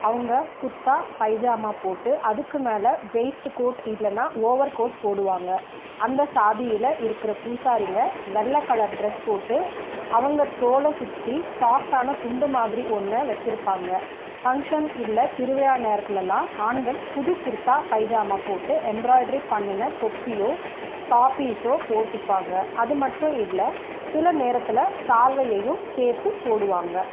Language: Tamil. அவங்க குர்தா பைஜாமா போட்டு அதுக்கு மேலே வெய்ஸ்ட்கோட் இல்லைன்னா ஓவர்கோட் போடுவாங்க அந்த சாதியில் இருக்கிற பூசாரிங்க வெள்ளை கலர் ட்ரெஸ் போட்டு அவங்க தோளை சுற்றி சாஃப்ட்டான துண்டு மாதிரி ஒன்றை வைச்சிருப்பாங்க ஃபங்க்ஷன் இல்லை திருவிழா நேரத்திலலாம் ஆண்கள் புது குர்தா பைஜாமா போட்டு எம்ப்ராய்ட்ரி பண்ணின தொப்பியோ டாப்பிஸோ போட்டுப்பாங்க அது மட்டும் இல்லை சில நேரத்தில் சால்வையையும் சேர்த்து போடுவாங்க